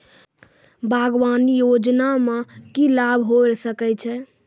बागवानी योजना मे की लाभ होय सके छै?